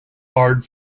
barred